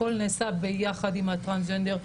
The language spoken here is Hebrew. הכל נעשה ביחד עם הטרנסג'נדר,